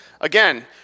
Again